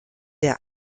der